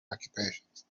occupations